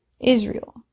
Israel